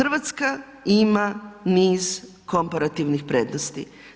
RH ima niz komparativnih prednosti.